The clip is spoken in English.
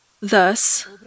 Thus